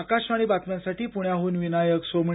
आकाशवाणी बातम्यांसाठी पुण्याहन विनायक सोमणी